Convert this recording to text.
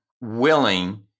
willing